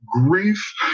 grief